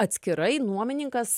atskirai nuomininkas